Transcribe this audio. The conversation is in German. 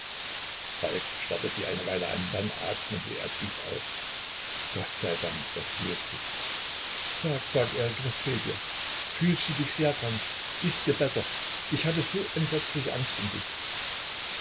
falk starrte sie eine weile an dann atmete er tief auf gott sei dank daß du es bist sag sag erik was fehlt dir fühlst du dich sehr krank ist dir besser ich hatte so entsetzliche angst um dich